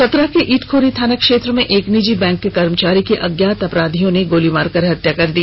चतरा के इटखोरी थाना क्षेत्र में एक निजि बैंक के कर्मचारी की अज्ञात अपराधियों ने गोली मारकर हत्या कर दी